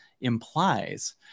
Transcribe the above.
implies